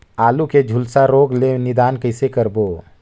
आलू के झुलसा रोग ले निदान कइसे करबो?